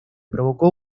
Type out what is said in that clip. provocó